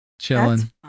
chilling